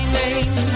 name